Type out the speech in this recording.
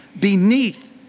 beneath